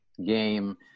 Game